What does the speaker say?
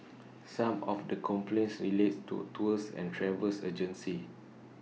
some of the complaints relate to tours and travel agencies